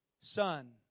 son